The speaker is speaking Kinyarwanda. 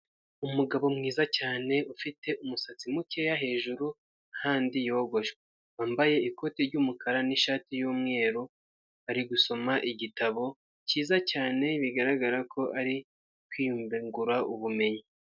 Umugabo mwiza cyane ufite umusatsi mukeya hejuru ahandi yogosha, wambaye ikoti ry'mukara n'ishati yumweru, ari gusoma igitabo cyiza cyane bigaragara ko ari kwiyungura ubumenyi.